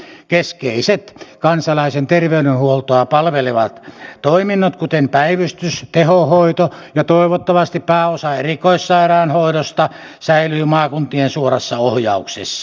keskeiset kansalaisen terveydenhuoltoa palvelevat toiminnot kuten päivystys tehohoito ja toivottavasti pääosa erikoissairaanhoidosta säilyvät maakuntien suorassa ohjauksessa